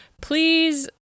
Please